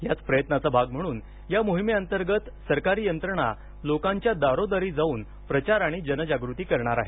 याच प्रयत्नांचा भाग म्हणून या मोहिमेअंतर्गत सरकारी यंत्रणा लोकांच्या दारोदारी जाऊन प्रचार आणि जनजागृती करणार आहेत